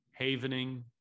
havening